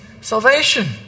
salvation